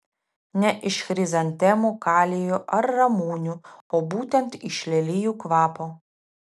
ne iš chrizantemų kalijų ar ramunių o būtent iš lelijų kvapo